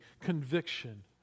conviction